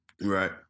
Right